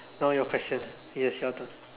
now your question yes your turn